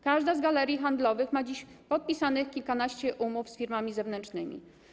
Każda z galerii handlowych ma dziś podpisanych kilkanaście umów z firmami zewnętrznymi.